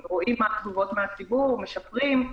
רואים מה הן התגובות מהציבור ומשפרים.